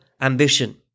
ambition